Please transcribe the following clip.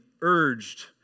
urged